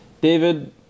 David